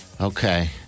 Okay